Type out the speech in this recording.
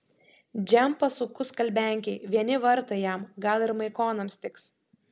džempą suku skalbenkėj vieni vartai jam gal ir maikonams tiks